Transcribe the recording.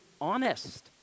honest